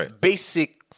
basic